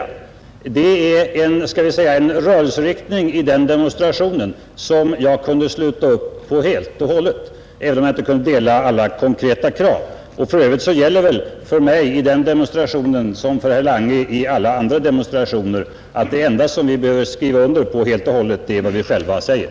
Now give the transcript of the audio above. Det var en, skall vi säga, rörelseriktning i den demonstrationen som jag helt och fullt kunde sluta upp bakom, även om jag inte kunde instämma i alla konkreta krav. För övrigt gäller väl för mig i den demonstrationen som för herr Lange i andra demonstrationer, att det enda som vi behöver skriva under helt och hållet är vad vi själva säger.